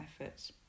effort